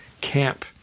camp